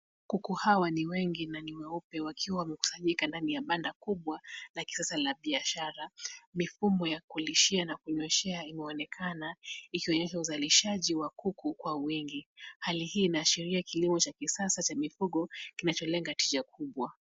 Kuku hawa ni wengi na ni weupe wakiwa wamekusanyika ndani ya banda kubwa la kisasa la biashara. Mifumo ya kulishia na kunyweshea imeonekana, ikionyesha uzalishaji wa kuku kwa wingi. Hali hii inaashiria kilimo cha kisasa cha mifugo, kinacholenga tija kubwa.